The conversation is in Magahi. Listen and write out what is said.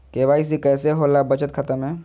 के.वाई.सी कैसे होला बचत खाता में?